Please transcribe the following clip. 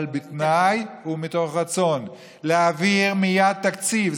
אבל בתנאי, ומתוך רצון להעביר מייד תקציב.